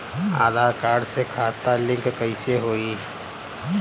आधार card से खाता link कईसे होई?